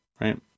right